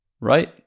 right